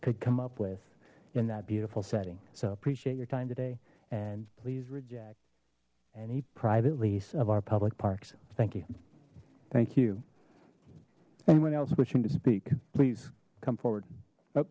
could come up with in that beautiful setting so appreciate your time today and please reject any private lease of our public parks thank you thank you anyone else wishing to speak please come forward